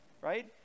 Right